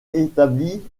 établit